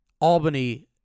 Albany